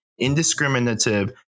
indiscriminative